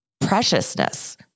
preciousness